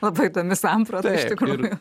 labai įdomi samprata iš tikrųjų